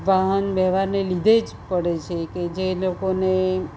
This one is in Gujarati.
વાહન વ્યવહારને લીધે જ પડે છે કે જે લોકોને